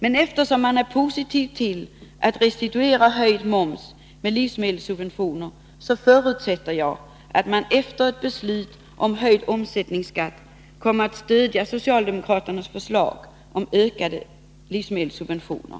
Eftersom man är positiv till att restituera höjd moms med livsmedelssubventioner, förutsätter jag att man efter ett beslut om höjd omsättningsskatt kommer att stödja socialdemokraternas förslag om ökade livsmedelssubventioner.